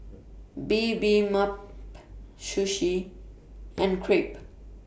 Bibimbap Sushi and Crepe